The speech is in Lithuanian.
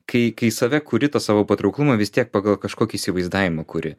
kai kai save kuri tą savo patrauklumą vis tiek pagal kažkokį įsivaizdavimą kuri